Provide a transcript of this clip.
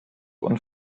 und